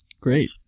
Great